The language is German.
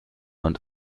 und